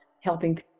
helping